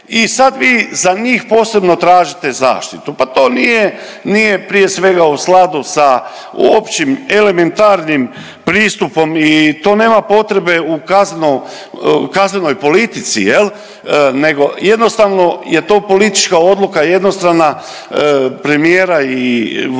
I sad vi za njih posebno tražite zaštitu. Pa to nije prije svega u skladu sa općim elementarnim pristupom i to nema potrebe u kaznenoj politici, jel' nego jednostavno je to politička odluka jednostrana premijera i